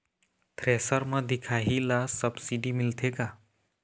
Thresher म दिखाही ला सब्सिडी मिलथे का?